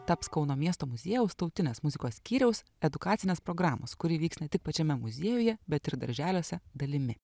taps kauno miesto muziejaus tautinės muzikos skyriaus edukacinės programos kuri vyks ne tik pačiame muziejuje bet ir darželiuose dalimi